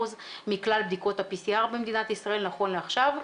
מכלל בדיקות ה-PCR במדינת ישראל נכון לעכשיו,